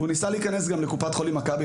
הוא ניסה להיכנס גם לקופת חולים מכבי,